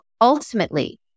ultimately